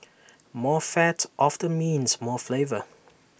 more fat often means more flavour